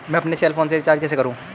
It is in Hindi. मैं अपने सेल फोन में रिचार्ज कैसे करूँ?